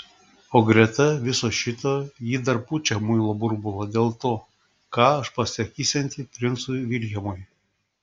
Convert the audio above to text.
o greta viso šito ji dar pučia muilo burbulą dėl to ką aš pasakysianti princui viljamui